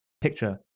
picture